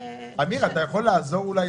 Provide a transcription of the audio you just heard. אמיר, אתה יכול לעזור אולי